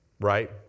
Right